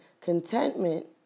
contentment